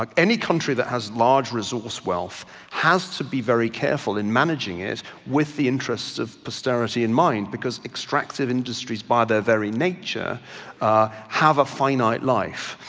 like any country that has resource wealth has to be very careful in managing it with the interest of posterity in mind because extracted industries by their very nature have a finite life,